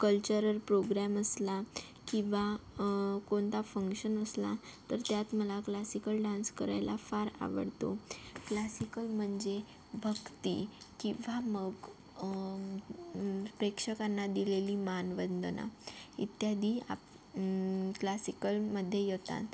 cultural programme असला किंवा कोणता फंक्शन असला तर त्यात मला क्लासिकल डान्स करायला फार आवडतो क्लासिकल म्हणजे भक्ती किंवा मग प्रेक्षकांना दिलेली मानवंदना इत्यादी आप् क्लासिकलमध्ये येतात